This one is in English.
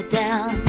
down